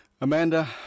Amanda